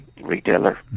retailer